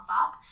up